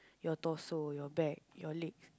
your torso your back your legs